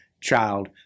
child